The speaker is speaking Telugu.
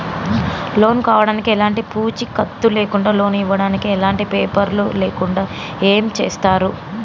లోన్ కావడానికి ఎలాంటి పూచీకత్తు లేకుండా లోన్ ఇవ్వడానికి ఎలాంటి పేపర్లు లేకుండా ఏం చేస్తారు?